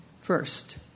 First